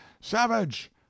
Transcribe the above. Savage